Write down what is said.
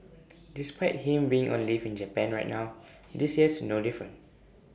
despite him being on leave in Japan right now this year's no different